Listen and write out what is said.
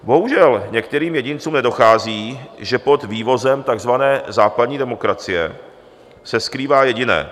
Bohužel některým jedincům nedochází, že pod vývozem takzvané západní demokracie, se skrývá jediné.